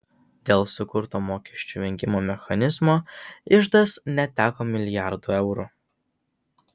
dėl sukurto mokesčių vengimo mechanizmo iždas neteko milijardų eurų